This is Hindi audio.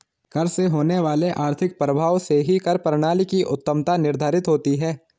कर से होने वाले आर्थिक प्रभाव से ही कर प्रणाली की उत्तमत्ता निर्धारित होती है